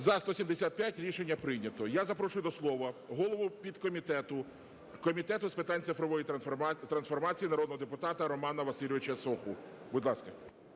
За-175 Рішення прийнято. Я запрошую до слова голову підкомітету Комітету з питань цифрової трансформації народного депутата Романа Васильовича Соху. Будь ласка.